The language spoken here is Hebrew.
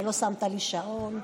ולא שמת לי שעון.